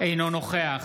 אינו נוכח